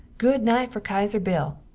goodnite fer kaiser bill.